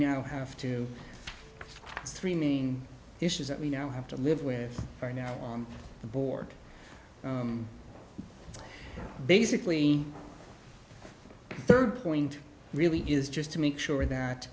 now have two three main issues that we now have to live with for now on the board basically third point really is just to make sure that